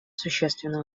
существенно